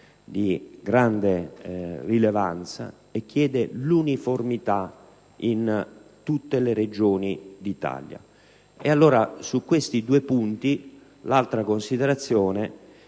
di grande rilevanza e l'uniformità in tutte le Regioni d'Italia. Allora, su questi due punti, l'altra considerazione